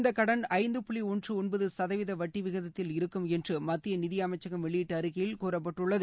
இந்த கடன் ஐந்து புள்ளி ஒன்று ஒன்பது சதவீத வட்டி விகிதத்தில் இருக்கும் என்று மத்திய நிதி அமைச்சகம் வெளியிட்ட அறிக்கையில் கூறப்பட்டுள்ளது